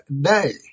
day